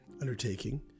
undertaking